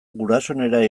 gurasoenera